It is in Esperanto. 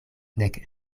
nek